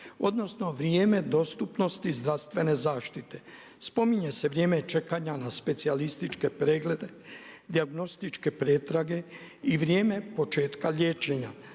odnosno vrijeme dostupnosti zdravstvene zaštite. Spominje se vrijeme čekanja na specijalističke preglede, dijagnostičke pretrage i vrijeme početka liječenja.